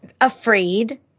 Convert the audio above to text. afraid